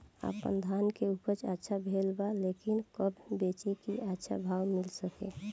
आपनधान के उपज अच्छा भेल बा लेकिन कब बेची कि अच्छा भाव मिल सके?